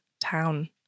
town